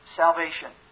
salvation